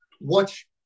watch